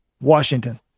Washington